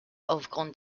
aufgrund